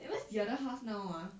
eh where's the other half now ah